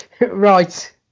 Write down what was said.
Right